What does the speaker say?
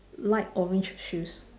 light orange shoes